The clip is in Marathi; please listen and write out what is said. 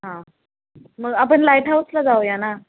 हां मग आपण लाईट हाऊसला जाऊया ना